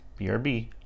brb